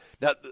Now